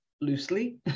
loosely